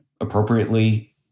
appropriately